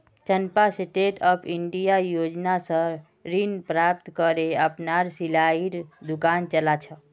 चंपा Stand Up India योजना स ऋण प्राप्त करे अपनार सिलाईर दुकान चला छ